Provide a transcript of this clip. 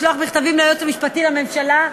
לשלוח מכתבים ליועץ המשפטי לממשלה,